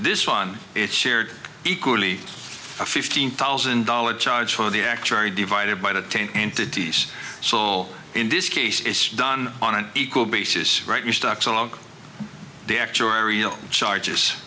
this one is shared equally a fifteen thousand dollars charge for the actuary divided by the ten entities so all in this case is done on an equal basis right your stocks along the actuarial charges